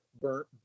burnt